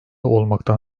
olmaktan